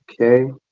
Okay